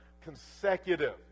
consecutive